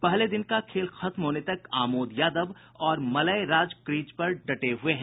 पहले दिन का खेल खत्म होने तक आमोद यादव और मलय राज क्रीज पर डटे हुए हैं